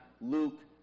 Luke